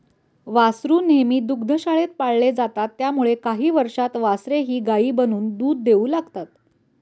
वासरू नेहमी दुग्धशाळेत पाळले जातात त्यामुळे काही वर्षांत वासरेही गायी बनून दूध देऊ लागतात